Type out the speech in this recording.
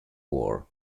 war